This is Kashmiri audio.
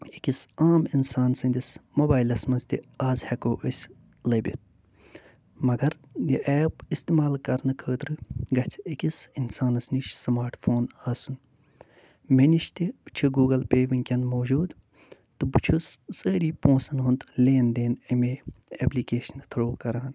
أکِس عام اِنسان سٕنٛدِس موبایِلَس منٛز تہِ آز ہٮ۪کو أسۍ لٔبِتھ مگر یہِ ایپ استعمال کرنہٕ خٲطرٕ گَژھِ أکِس اِنسانَس نِش سٕماٹ فون آسُن مےٚ نِش تہِ چھِ گوٗگُل پے وٕنۍکٮ۪ن موجوٗد تہٕ بہٕ چھُس سٲری پونٛسَن ہُنٛد لین دین اَمے اٮ۪پلِکیشنہِ تھرٛوٗ کران